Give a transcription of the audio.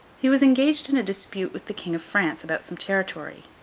he was engaged in a dispute with the king of france about some territory.